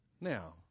Now